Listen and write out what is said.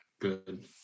good